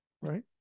Right